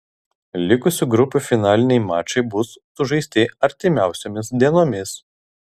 likusių grupių finaliniai mačai bus sužaisti artimiausiomis dienomis